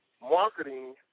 marketing